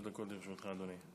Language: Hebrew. שלוש דקות לרשותך, אדוני.